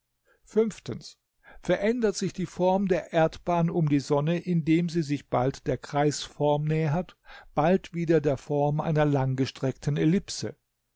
verändert sich die form der erdbahn um die sonne indem sie sich bald der kreisform nähert bald wieder der form einer langgestreckten ellipse